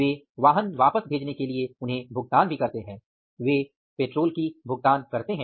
वे वाहन वापस भेजने के लिए उन्हें भुगतान करते हैं वे पेट्रोल की भुगतान करते हैं